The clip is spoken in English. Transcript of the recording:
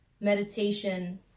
meditation